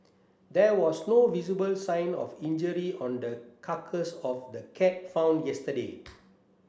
there was no visible sign of injury on the carcass of the cat found yesterday